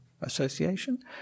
association